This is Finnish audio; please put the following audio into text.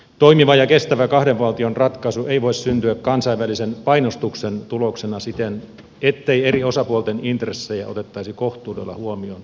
toimiva ja kestävä kahden valtion ratkaisu ei voi syntyä kansainvälisen painostuksen tuloksena siten ettei eri osapuolten intressejä otettaisi kohtuudella huomioon